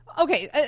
Okay